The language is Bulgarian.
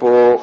по